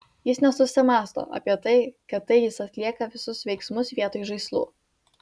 jis nesusimąsto apie tai kad tai jis atlieka visus veiksmus vietoj žaislų